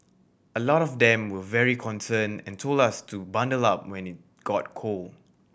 a lot of them were very concerned and told us to bundle up when it got cold